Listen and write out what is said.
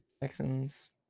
Texans